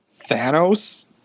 Thanos